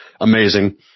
amazing